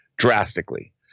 drastically